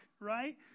right